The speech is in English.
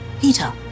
Peter